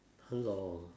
hello